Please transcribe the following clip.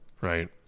right